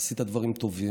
ועשית דברים טובים.